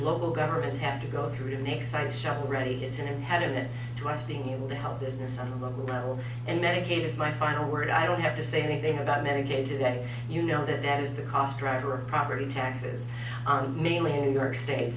local governments have to go through to make sites shovelready it's an impediment to us being able to help business on the local level and medicaid is my final word i don't have to say anything about medicaid today you know that that is the cost dragger of property taxes mainly in new york state